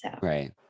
Right